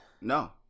No